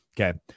Okay